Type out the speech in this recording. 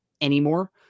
anymore